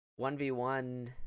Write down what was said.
1v1